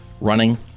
running